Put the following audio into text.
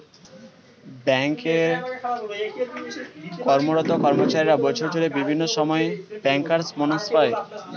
bank এ কর্মরত কর্মচারীরা বছর জুড়ে বিভিন্ন সময়ে ব্যাংকার্স বনাস পায়